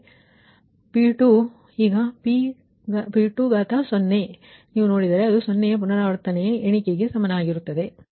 ಆದ್ದರಿಂದ P ನಲ್ಲಿರುವ ಈ P20 ಅನ್ನು ನೀವು ನೋಡಿದರೆ ಅದು ಸೊನ್ನೆ ಪುನರಾವರ್ತನೆಯ ಎಣಿಕೆಗೆ'0' iteration count ಸಮಾನವಾಗಿರುತ್ತದೆ